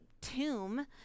tomb